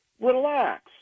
relax